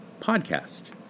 podcast